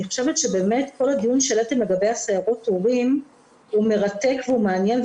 אני חושבת שכל הדיון שהעליתם לגבי סיירות ההורים הוא מרתק והוא מעניין.